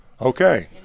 Okay